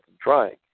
trying